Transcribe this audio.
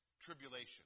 tribulation